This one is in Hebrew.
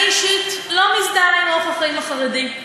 אני אישית לא מזדהה עם אורח החיים החרדי.